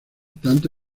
tanto